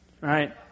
right